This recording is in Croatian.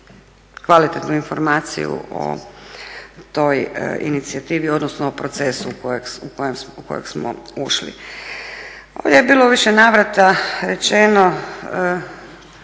kvalitetnu informaciju o toj inicijativi, odnosno o procesu u kojeg smo ušli. Ovdje je bilo u više navrata rečeno